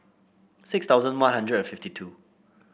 six thousand One Hundred and fifty two